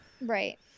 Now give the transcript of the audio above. right